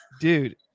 dude